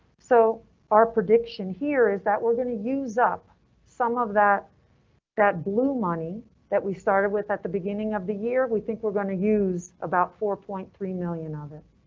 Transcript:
so our prediction here is that we're going to use up some of that that blue money that we started with at the beginning of the year. we think we're going to use about four point three million of it.